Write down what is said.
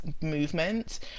movement